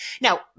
Now